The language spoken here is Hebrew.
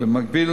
במקביל,